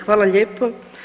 Hvala lijepo.